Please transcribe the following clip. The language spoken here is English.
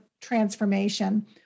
transformation